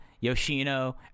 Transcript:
Yoshino